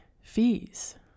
fees